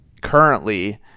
currently